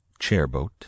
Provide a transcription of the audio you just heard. Chairboat